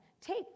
take